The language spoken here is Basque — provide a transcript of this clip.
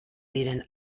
diren